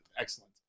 excellent